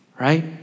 Right